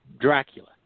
Dracula